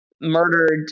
murdered